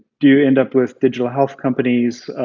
do you end up with digital health companies,